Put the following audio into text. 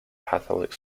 catholic